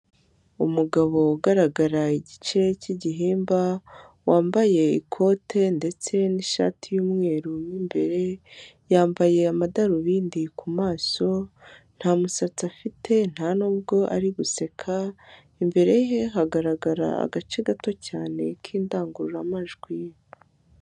Umugabo ugaragara igice cy'igihimba; wambaye ikote ndetse n'ishati y'umweru mu imbere; yambaye amadarubindi ku maso, nta musatsi afite, ntanubwo ari guseka; imbere ye hagaragara agace gato cyane k'indangururamajwi.